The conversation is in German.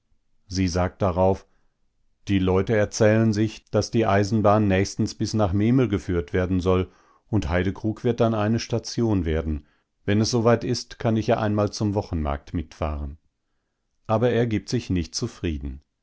sie sagt darauf die leute erzählen sich daß die eisenbahn nächstens bis nach memel geführt werden soll und heydekrug wird dann eine station werden wenn es so weit ist kann ich ja einmal zum wochenmarkt mitfahren aber er gibt sich nicht zufrieden